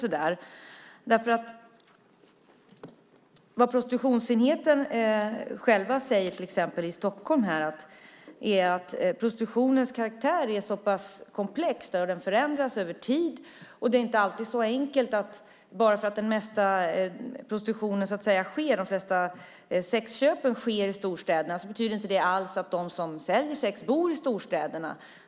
Prostitutionsenheten i Stockholm säger att prostitutionens karaktär är komplex, att den förändras över tid och att det inte är så enkelt att bara för att de flesta sexköpen sker i storstäder det betyder att de som säljer sex bor i storstäderna.